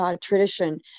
tradition